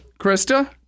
Krista